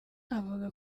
avuga